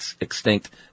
extinct